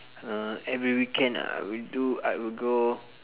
uh every weekend I will do I will go